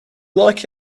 like